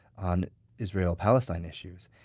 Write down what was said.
on israel-palestine issues.